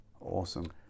Awesome